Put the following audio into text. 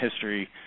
history